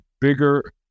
bigger